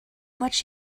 much